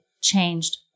changed